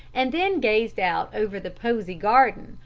and then gazed out over the posy garden,